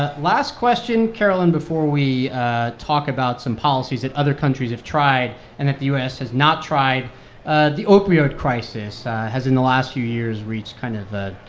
ah last question, caroline, before we talk about some policies that other countries have tried and the u s. has not tried ah the opioid crisis has in the last few years reached kind of, you